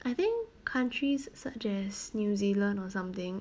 I think countries such as new zealand or something